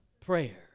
prayer